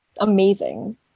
amazing